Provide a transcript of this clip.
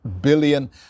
billion